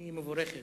היא מבורכת.